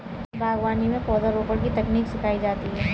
बागवानी में पौधरोपण की तकनीक सिखाई जाती है